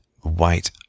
white